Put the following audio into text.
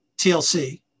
TLC